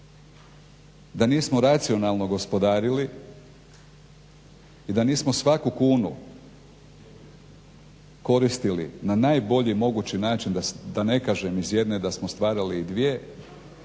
da nismo racionalno gospodarili i da nismo svaku kunu koristili na najbolji mogući način da ne kažem iz jedne da smo stvarali dvije.